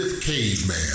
Caveman